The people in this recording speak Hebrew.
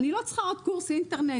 אני לא רוצה עוד קורס אינטרנט,